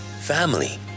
family